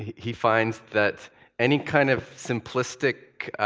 he finds that any kind of simplistic,